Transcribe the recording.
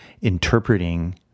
interpreting